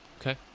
Okay